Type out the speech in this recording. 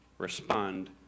respond